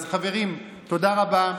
אז חברים, תודה רבה.